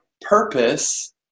purpose